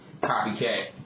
copycat